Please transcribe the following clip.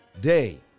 day